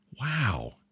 Wow